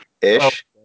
ish